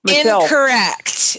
incorrect